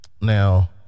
now